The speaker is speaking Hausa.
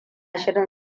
shirin